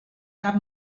cap